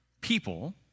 people